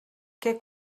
què